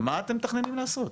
מה אתם מתכננים לעשות?